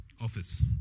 Office